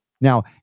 Now